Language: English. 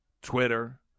Twitter